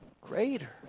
greater